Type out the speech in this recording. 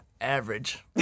Average